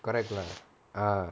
correct lah ah